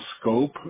scope